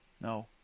No